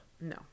No